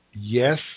yes